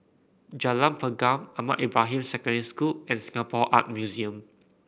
Jalan Pergam Ahmad Ibrahim Secondary School and Singapore Art Museum